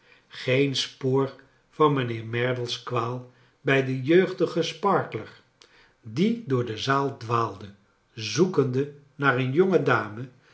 geen spoor van mijnheer merdle's kwaal bij den jengdigen sparkler die door de zaal dwaalde zoekeade aaar een